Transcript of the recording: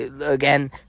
again